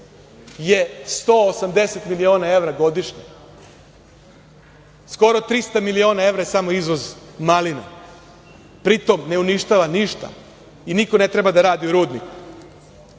je 180 miliona evra godišnje, skoro 300 miliona evra je samo izvoz malina, a pri tome ne uništava ništa i niko ne treba da radi u rudniku. Znate,